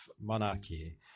monarchy